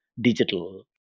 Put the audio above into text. digital